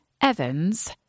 Evans